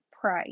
pray